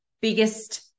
biggest